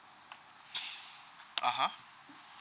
(uh huh)